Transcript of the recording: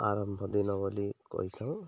ଆରମ୍ଭ ଦିନ ବୋଲି କହିଥାଉଁ